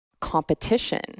competition